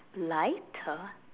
lighter